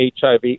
HIV